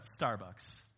Starbucks